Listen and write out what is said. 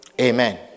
Amen